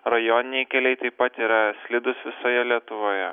rajoniniai keliai taip pat yra slidūs visoje lietuvoje